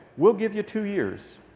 we'll give you two years.